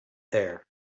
there